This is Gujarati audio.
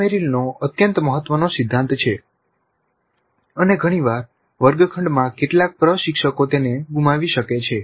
આ મેરિલનો અત્યંત મહત્વનો સિદ્ધાંત છે અને ઘણી વાર વર્ગખંડમાં કેટલાક પ્રશિક્ષકો તેને ગુમાવી શકે છે